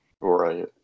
Right